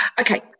Okay